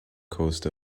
coast